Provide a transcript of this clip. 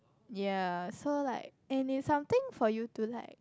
ya so like and is something for you to like